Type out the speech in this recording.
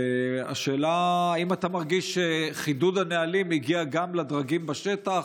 והשאלה היא אם אתה מרגיש שחידוד הנהלים הגיע גם לדרגים בשטח,